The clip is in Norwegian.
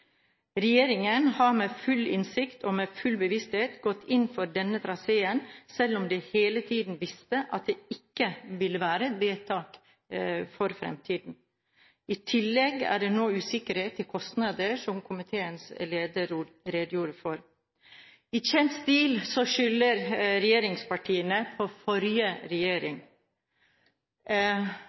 Regjeringen har med full innsikt og med full bevissthet gått inn for denne traseen, selv om den hele tiden visste at det ikke ville være et vedtak for fremtiden. I tillegg er det nå usikkerhet om kostnader, som komiteens leder redegjorde for. I kjent stil skylder regjeringspartiene på forrige regjering.